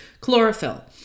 Chlorophyll